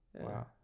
Wow